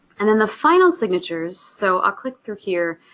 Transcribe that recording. and then the final signatures, so i'll click through here,